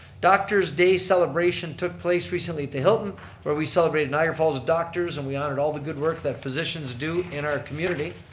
doctor's day celebration took place recently at the hilton where we celebrated niagara fall's doctors and we honored all the good work that physicians do in our community.